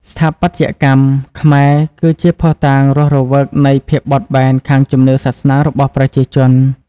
ស្ថាបត្យកម្ម ខ្មែរគឺជាភស្តុតាងរស់រវើកនៃ ភាពបត់បែន ខាងជំនឿសាសនារបស់ប្រជាជន។